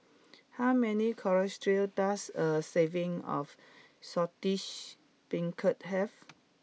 how many color does a serving of Saltish Beancurd have